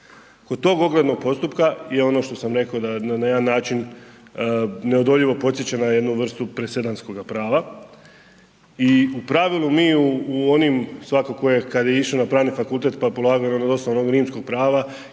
kod tog oglednog postupka je ono što sam rekao da na jedan način neodoljivo podsjeća na jednu vrstu presedanskoga prava i u pravilu mi u onim svako tko je kad je išao na Pravni fakultet pa polagao .../Govornik se